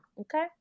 okay